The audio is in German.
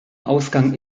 ausgang